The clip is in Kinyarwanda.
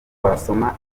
wasoma